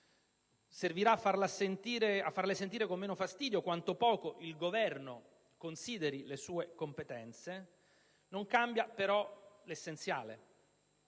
servirà a farle sentire con meno fastidio quanto poco il Governo consideri le sue competenze, essa non cambia però l'essenziale: